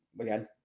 again